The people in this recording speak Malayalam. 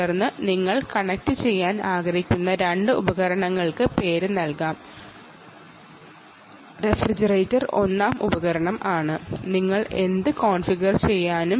തുടർന്ന് നിങ്ങൾ കണക്റ്റുചെയ്യാൻ ആഗ്രഹിക്കുന്ന രണ്ട് ഉപകരണങ്ങൾക്ക് പേര് നൽകുക റഫ്രിജറേറ്റർ ഒന്നാം ഉപകരണം ആണ് നിങ്ങൾക്ക് എന്തും കോൺഫിഗർ ചെയ്യാൻ കഴിയും